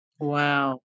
Wow